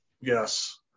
Yes